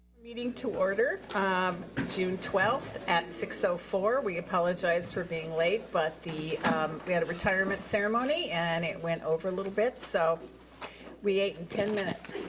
meeting to order. um june twelfth at six so four. we apologize for being late, but we had a retirement ceremony and it went over a little bit. so we ate in ten minutes.